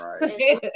right